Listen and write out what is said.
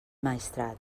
maestrat